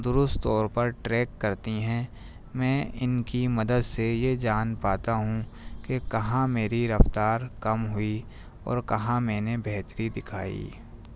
درست طور پر ٹریک کرتی ہیں میں ان کی مدد سے یہ جان پاتا ہوں کہ کہاں میری رفتار کم ہوئی اور کہاں میں نے بہتری دکھائی